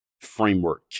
framework